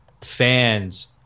fans –